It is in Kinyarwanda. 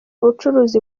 ubucuruzi